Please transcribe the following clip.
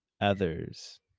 others